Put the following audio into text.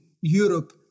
Europe